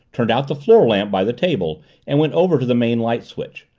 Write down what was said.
turned out the floor lamp by the table and went over to the main light switch,